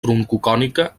troncocònica